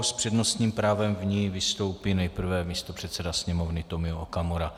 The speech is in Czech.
S přednostním právem v ní vystoupí nejprve místopředseda Sněmovny Tomio Okamura.